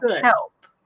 help